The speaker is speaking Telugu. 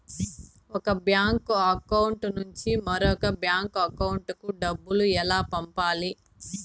ఒక బ్యాంకు అకౌంట్ నుంచి మరొక బ్యాంకు అకౌంట్ కు డబ్బు ఎలా పంపాలి